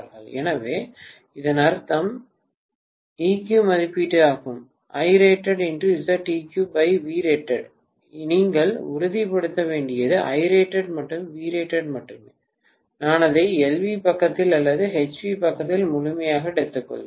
எனவே இதன் அர்த்தம் eq மதிப்பிடப்பட்டதாகும் Irated x Zeq Vrated நீங்கள் உறுதிப்படுத்த வேண்டியது Irated மற்றும் Vrated மட்டுமே நான் அதை LV பக்கத்தில் அல்லது HV பக்கத்தில் முழுமையாக எடுத்துக்கொள்கிறேன்